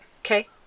Okay